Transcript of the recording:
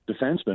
defensemen